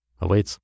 awaits